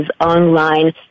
online